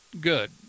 good